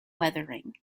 weathering